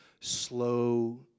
slow